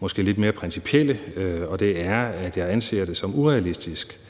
måske lidt mere principielle, at jeg anser det som urealistisk,